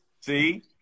See